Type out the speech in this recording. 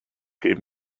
gave